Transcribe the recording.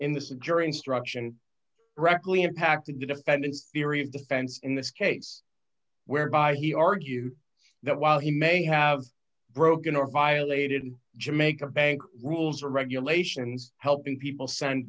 the jury instruction directly impacted the defendant's theory of defense in this case whereby he argued that while he may have broken or violated jamaica bank rules or regulations helping people send